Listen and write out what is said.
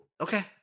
Okay